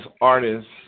artists